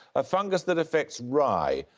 a fungus that affects rye.